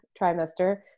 trimester